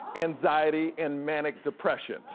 anxiety, and manic depression.